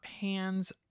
hands